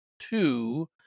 Two